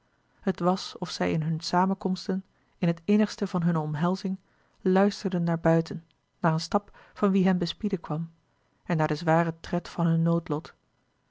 het was of zij in hunne samenkomsten in het innigste van hunne omhelzing luisterden naar buiten naar een stap van wie hen bespieden kwam en naar den zwaren tred van hun noodlot